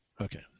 Okay